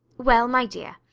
well, my dear,